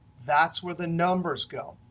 that's where the numbers go.